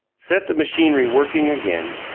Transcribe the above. set the machinery working again,